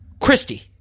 Christy